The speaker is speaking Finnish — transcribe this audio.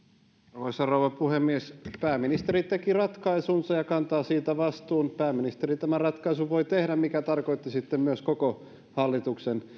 arvoisa rouva puhemies pääministeri teki ratkaisunsa ja kantaa siitä vastuun pääministeri tämän ratkaisun voi tehdä mikä tarkoitti sitten myös koko hallituksen